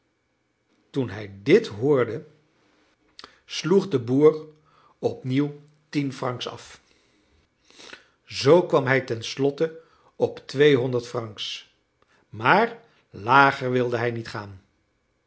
toen hij dit hoorde sloeg de boer opnieuw tien francs af zoo kwam hij ten slotte op twee honderd francs maar lager wilde hij niet gaan